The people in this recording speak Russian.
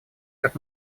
как